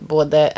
Både